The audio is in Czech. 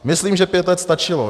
Myslím, že pět let stačilo.